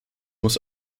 muss